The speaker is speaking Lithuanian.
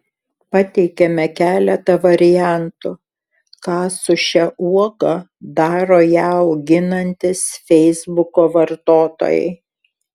pateikiame keletą variantų ką su šia uoga daro ją auginantys feisbuko vartotojai